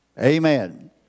Amen